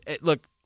Look